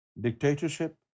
dictatorship